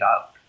out